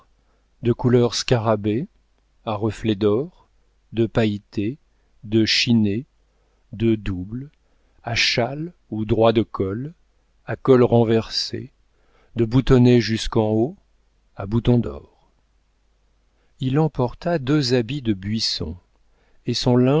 de couleur scarabée à reflets d'or de pailletés de chinés de doubles à châle ou droits de col à col renversé de boutonnés jusqu'en haut à boutons d'or il emporta toutes les variétés de cols et de